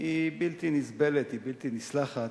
היא בלתי נסבלת, היא בלתי נסלחת,